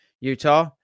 Utah